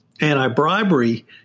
anti-bribery